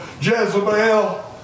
Jezebel